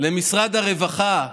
למשרד הרווחה,